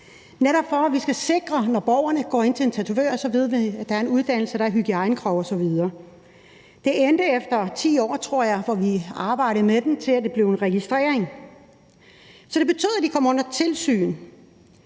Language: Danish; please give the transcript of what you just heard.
netop for at vi kan sikre, at når borgerne går ind til en tatovør, ved de, at vedkommende har en uddannelse, at der er hygiejnekrav osv. Det endte efter 10 år, tror jeg, hvor vi arbejdede med det, til det blev en registrering. Det betød, at de kom under tilsyn.